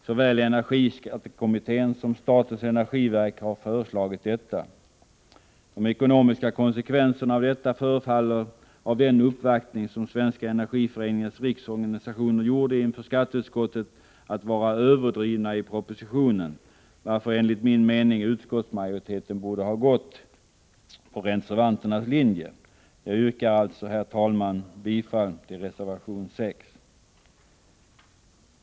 Såväl energiskattekommittén som statens energiverk har föreslagit detta. De ekonomiska konsekvenserna av förslaget förefaller, enligt den uppvaktning som Sveriges energiföreningars riksorganisation gjorde inför skatteutskottet, att vara överdrivna i propositionen. Utskottsmajoriteten borde därför enligt min mening ha gått på reservanternas linje. Jag yrkar alltså, herr talman, bifall till reservation 6.